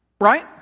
Right